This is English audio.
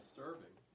serving